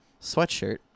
sweatshirt